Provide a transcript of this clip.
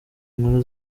inkuru